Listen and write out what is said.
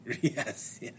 Yes